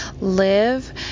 live